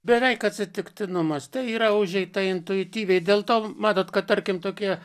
beveik atsitiktinumas tai yra užeita intuityviai dėl to matot kad tarkim tokie